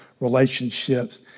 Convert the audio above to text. relationships